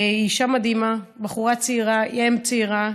היא אישה מדהימה, בחורה צעירה, אם צעירה.